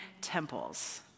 temples